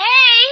Hey